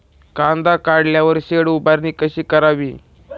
कांदा काढल्यावर शेड उभारणी कशी करावी?